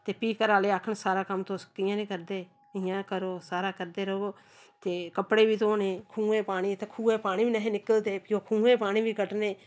ते फ्ही घरै आह्ले आखन सारा कम्म तुस कि'यां निं करदे इ'यां करो सारा करदे र'वो ते कपड़े बी धोने खूहें पानी ते खूह् पानी बी नेहे निकलदे फ्ही ओह् खुहें दे पानी बी कड्ढने